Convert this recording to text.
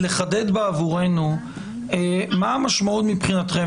האם תוכל לחדד עבורנו מה המשמעות מבחינתכם?